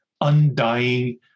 undying